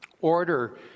order